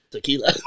Tequila